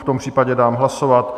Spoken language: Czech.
V tom případě dám hlasovat.